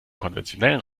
konventionellen